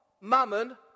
mammon